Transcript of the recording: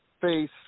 face